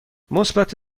مثبت